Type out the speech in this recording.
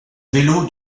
vélo